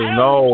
no